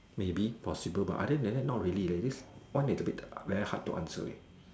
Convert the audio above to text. maybe possible but other than that not really leh this on is a bit very hard to answer leh